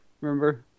remember